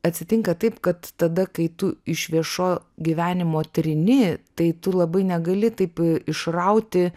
atsitinka taip kad tada kai tu iš viešo gyvenimo trini tai tu labai negali taip išrauti